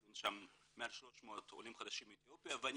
היו לנו שם מעל 300 עולים חדשים מאתיופיה ואני